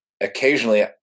occasionally